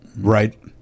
Right